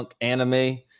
anime